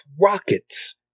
rockets